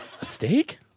steak